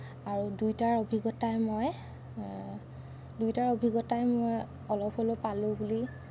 আৰু দুয়োটাৰ অভিজ্ঞতাই মই দুয়োটাৰ অভিজ্ঞতাই মই অলপ হ'লেও পালোঁ বুলি